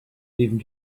leaving